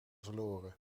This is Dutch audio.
verloren